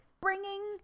bringing